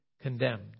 condemned